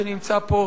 שנמצא פה,